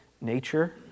nature